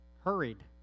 Hurried